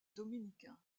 dominicain